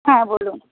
হ্যাঁ বলুন